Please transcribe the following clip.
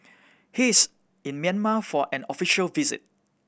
he is in Myanmar for an official visit